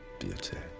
beauty.